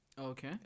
Okay